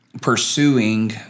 pursuing